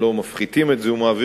לא רק שהם לא מפחיתים את זיהום האוויר,